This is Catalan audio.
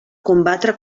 combatre